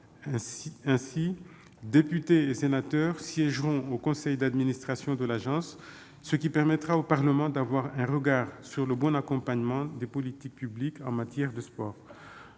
Ainsi, députés et sénateurs siégeront au conseil d'administration de l'Agence, ce qui donnera au Parlement la possibilité d'avoir un regard sur le bon accompagnement des politiques publiques en matière sportive.